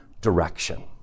direction